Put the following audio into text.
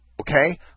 Okay